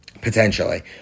potentially